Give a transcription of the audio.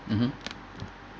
mmhmm